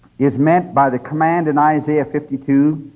is meant by the command in isaiah fifty two